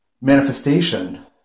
manifestation